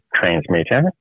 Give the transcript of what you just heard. transmitter